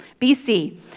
BC